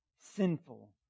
sinful